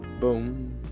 Boom